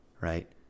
right